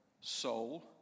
soul